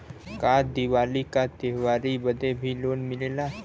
का दिवाली का त्योहारी बदे भी लोन मिलेला?